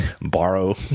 borrow